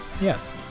Yes